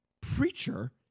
preacher